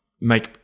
make